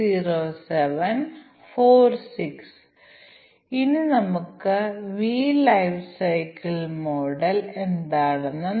തീരുമാന പട്ടികയിൽ നിന്ന് ഞങ്ങൾക്ക് പ്രതീക്ഷിച്ച outputട്ട്പുട്ടും ഉണ്ട് അതിനാൽ ഈ വരികൾ ഓരോന്നും ഒരു ടെസ്റ്റ് കേസായി മാറുന്നു